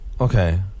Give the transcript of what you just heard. Okay